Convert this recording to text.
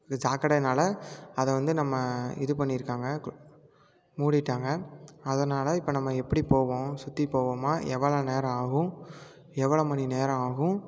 இது சாக்கடையினால அதை வந்து நம்ம இது பண்ணிருக்காங்க கு மூடிட்டாங்க அதனால் இப்போ நம்ம எப்படிப்போவோம் சுற்றிப்போவோமா எவ்வளோ நேரம் ஆகும் எவ்வளோ மணி நேரம் ஆகும்